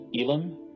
Elam